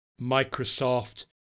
Microsoft